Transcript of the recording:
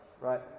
right